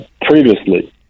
previously